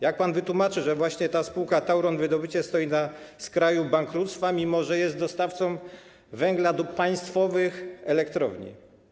Jak pan wytłumaczy to, że właśnie spółka Tauron Wydobycie stoi na skraju bankructwa, mimo że jest dostawcą węgla do państwowych elektrowni?